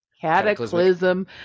cataclysm